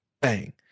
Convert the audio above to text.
Bang